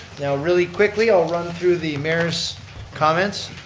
now really quickly, i'll run through the mayor's comments.